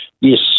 yes